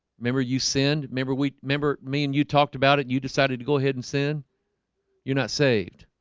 remember you sinned remember we remember me and you talked about it you decided to go ahead and sin you're not saved